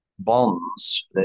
bonds